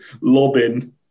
lobbing